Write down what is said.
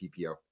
PPO